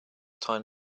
time